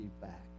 back